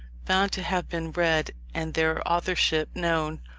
found to have been read, and their authorship known,